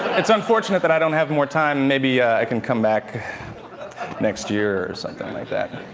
it's unfortunate that i don't have more time. maybe i can come back next year, or something like that.